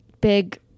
big